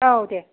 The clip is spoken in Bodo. औ दे